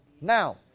Now